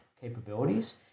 capabilities